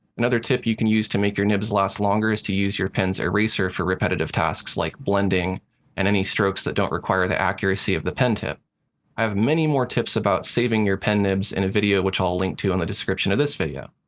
another tip you can use to make your nibs last longer is to use your pen's eraser for repetitive tasks like blending and any strokes that don't require the accuracy of the pen tip. i have many more tips about saving your pen nibs in a video which i'll link to on the description of this video.